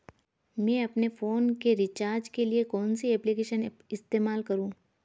मैं अपने फोन के रिचार्ज के लिए कौन सी एप्लिकेशन इस्तेमाल करूँ?